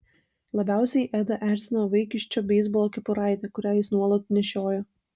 labiausiai edą erzino vaikiščio beisbolo kepuraitė kurią jis nuolat nešiojo